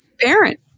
parent